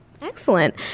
Excellent